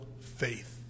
faith